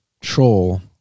troll